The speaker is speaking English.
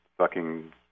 sucking